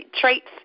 traits